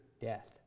death